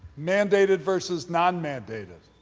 mandated versus non-mandated.